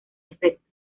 efecto